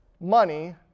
money